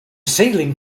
ceiling